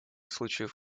случаев